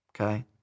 okay